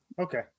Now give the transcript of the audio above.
Okay